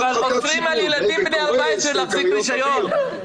אוסרים על ילדים בני 14 להחזיק רישיון.